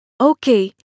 Okay